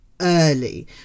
early